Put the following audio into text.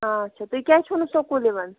آچھا تُہۍ کیٛازِ چھِو نہٕ سکوٗل یِوان